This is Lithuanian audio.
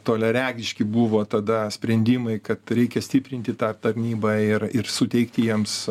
toliaregiški buvo tada sprendimai kad reikia stiprinti tą tarnybą ir ir suteikti jiems